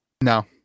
No